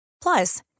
Plus